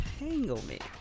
entanglement